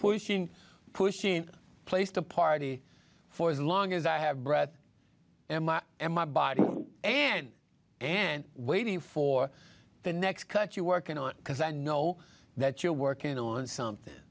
pushing pushing place to party for as long as i have breath and my and my body and and waiting for the next cut you working on because i know that you're working on something